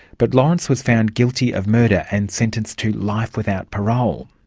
but lawrence was found guilty of murder and sentenced to life without parole.